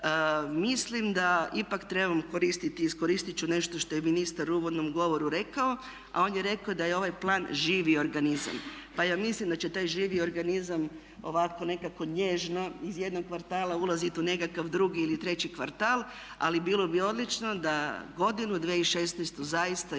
Mislim da ipak trebamo koristiti i iskoristit ću nešto što je ministar u uvodnom govoru rekao, a on je rekao da je ovaj plan živi organizam, pa ja mislim da će taj živi organizam ovako nekako nježno iz jednog kvartala ulazit u nekakav drugi ili treći kvartal. Ali bilo bi odlično da godinu 2016. zaista i